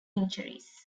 injuries